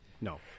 No